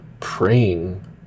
Praying